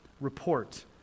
report